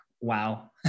wow